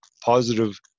positive